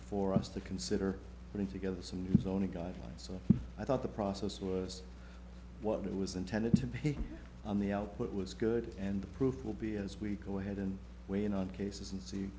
for us to consider putting together some new zone a guideline so i thought the process was what it was intended to be on the output was good and the proof will be as we go ahead and weigh in on cases and see